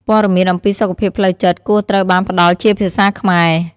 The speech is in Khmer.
ព័ត៌មានអំពីសុខភាពផ្លូវចិត្តគួរត្រូវបានផ្តល់ជាភាសាខ្មែរ។